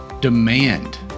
Demand